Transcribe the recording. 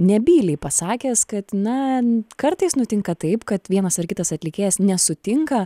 nebyliai pasakęs kad na kartais nutinka taip kad vienas ar kitas atlikėjas nesutinka